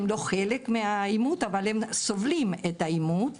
הם לא חלק מהעימות אבל הם סובלים מהעימות.